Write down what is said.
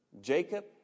Jacob